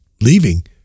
leaving